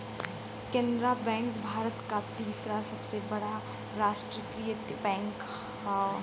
Canara bank Bharat क तीसरा सबसे बड़ा राष्ट्रीयकृत बैंक हौ